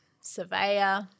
surveyor